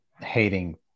hating